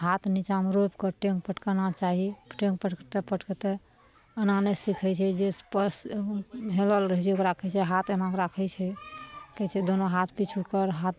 हाथ नीचामे रोपिके टाँग पटकना चाही टाँग पटक पटकतय एना नहि सीखय छै जे पयर हेलल रहय छै ओकरा कहय छै हाथ एनाके राखय छै कहय छै दुनू हाथ पिछु कर हाथ